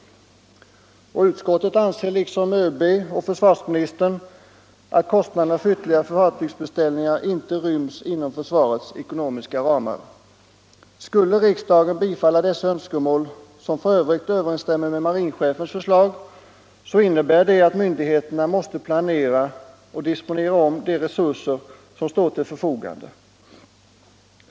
Utskottet anser liksom ÖB och försvarsministern att kostnaderna för ytterligare fartygsbeställningar inte ryms inom försvarets ekonomiska ramar. Skulle riksdagen bifalla detta önskemål, som f. ö. överensstämmer med marinchefens förslag, innebär det att myndigheterna måste ändra sin planering och omdisponera de resurser som står till förfogande.